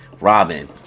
Robin